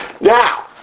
Now